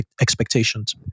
expectations